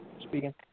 speaking